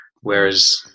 whereas